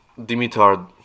Dimitar